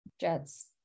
Jets